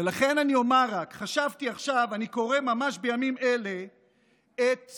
כך הוא אמר: "בית המשפט העליון הוא ביתי" פותח